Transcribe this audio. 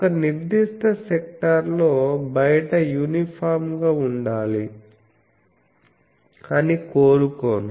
ఒక నిర్దిష్ట సెక్టార్ లో బయట యూనిఫాం గా ఉండాలి అని కోరుకోను